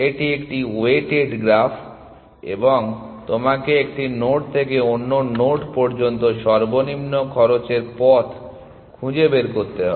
এটি একটি weighted graph এবং তোমাকে একটি নোড থেকে অন্য নোড পর্যন্ত সর্বনিম্ন খরচের পথ খুঁজে বের করতে হবে